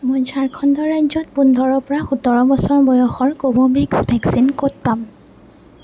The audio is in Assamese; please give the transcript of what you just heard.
মই ঝাৰখণ্ড ৰাজ্যত পোন্ধৰৰ পৰা সোতৰ বছৰ বয়সৰ কোভোভেক্স ভেকচিন ক'ত পাম